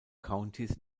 countys